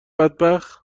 بدبخت